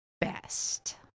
best